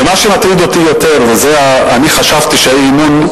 ומה שמטריד אותי יותר חשבתי שהאי-אמון,